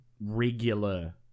regular